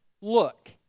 look